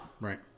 right